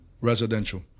residential